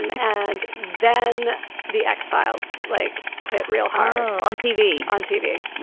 um and then the x-files like hit real hard on tv, on tv.